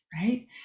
right